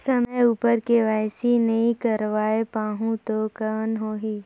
समय उपर के.वाई.सी नइ करवाय पाहुं तो कौन होही?